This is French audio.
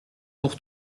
pour